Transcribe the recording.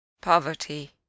Poverty